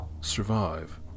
survive